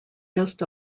just